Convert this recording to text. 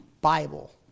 Bible